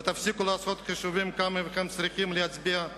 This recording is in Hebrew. ותפסיקו לעשות חישובים כמה מכם צריכים להצביע,